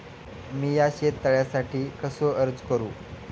मीया शेत तळ्यासाठी कसो अर्ज करू?